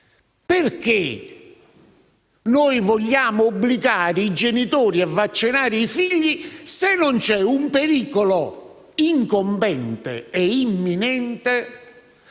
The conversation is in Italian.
Perché vogliamo obbligare i genitori a vaccinare i figli, se non c'è un pericolo incombente e imminente,